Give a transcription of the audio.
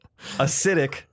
acidic